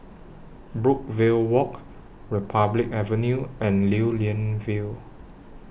Brookvale Walk Republic Avenue and Lew Lian Vale